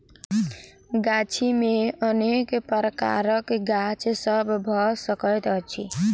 गाछी मे अनेक प्रकारक गाछ सभ भ सकैत अछि